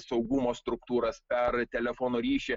saugumo struktūras per telefono ryšį